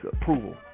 approval